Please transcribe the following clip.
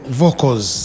vocals